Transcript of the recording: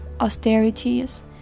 austerities